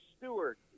Stewart